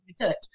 touch